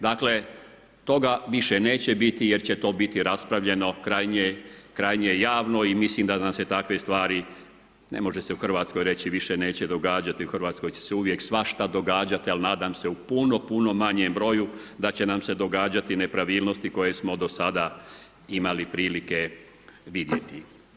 Dakle, toga više neće biti, jer će to biti raspravljeno krajnje javno i mislim da nam se takve stvari, ne može se u Hrvatskoj reći, više neće događati, u Hrvatskoj će se uvijek svašta događati, ali nadam se u puno puno manjem broju, da će nam se događati nepravilnosti, koje smo do sada imali prilike vidjeti.